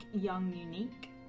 Young-Unique